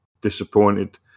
disappointed